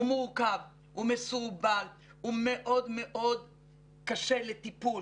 הוא מורכב, הוא מסורבל, הוא מאוד מאוד קשה לטיפול.